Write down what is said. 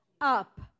up